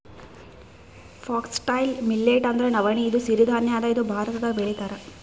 foxtail millet ಅಂದ್ರ ನವಣಿ ಇದು ಸಿರಿ ಧಾನ್ಯ ಅದಾ ಇದು ಭಾರತ್ದಾಗ್ ಬೆಳಿತಾರ್